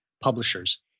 publishers